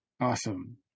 Awesome